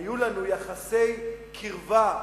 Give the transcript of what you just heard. היו לנו יחסי קרבה,